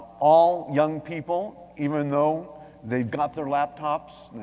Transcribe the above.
all young people, even though they've got their laptops,